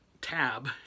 tab